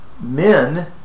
Men